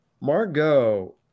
Margot